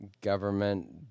government